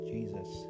Jesus